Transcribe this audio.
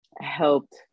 helped